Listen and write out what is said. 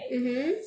mmhmm